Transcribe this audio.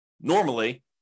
normally